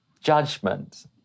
Judgment